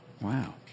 Wow